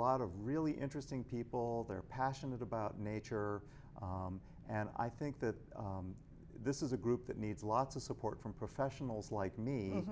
lot of really interesting people they're passionate about nature and i think that this is a group that needs lots of support from professionals like me